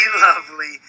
lovely